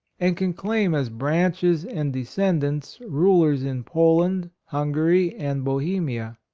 and can claim as branches and descendants, rulers in poland, hungary and bohemia.